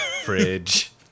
Fridge